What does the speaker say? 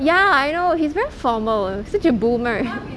ya I know he's very formal such a boomer